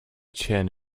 chin